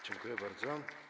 Dziękuję bardzo.